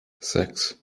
sechs